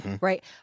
right